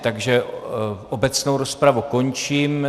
Takže obecnou rozpravu končím.